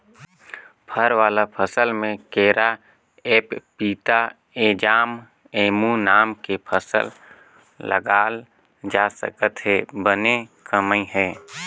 फर वाला फसल में केराएपपीताएजामएमूनगा के फसल लगाल जा सकत हे बने कमई हे